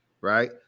right